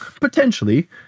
Potentially